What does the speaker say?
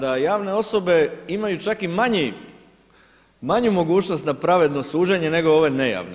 da javne osobe imaju čak i manju mogućnost na pravedno suđenje nego ove nejavne.